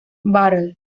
battle